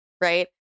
right